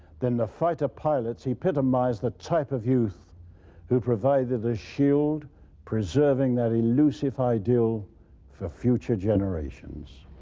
then the fighter pilots epitomized the type of youth who provided a shield preserving that elusive ideal for future generations.